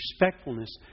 respectfulness